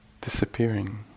disappearing